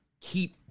keep